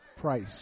Price